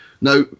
Now